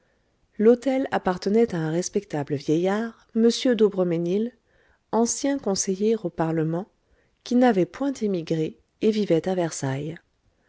l'hôtel appartenait à un respectable vieillard m d'aubremesnil ancien conseiller au parlement qui n'avait point émigré et vivait à versailles